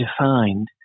defined